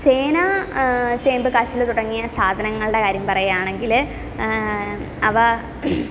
ചേന ചേമ്പ് കാച്ചിൽ തുടങ്ങിയ സാധനങ്ങളുടെ കാര്യം പറയാണെങ്കിൽ അവ